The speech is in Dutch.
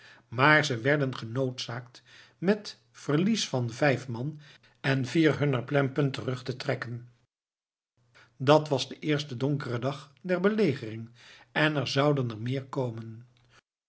maar ze werden genoodzaakt met verlies van vijf man en vier hunner plempen terug te trekken dat was de eerste donkere dag der belegering en er zouden er nog meer komen